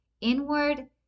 inward